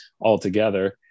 altogether